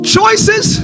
choices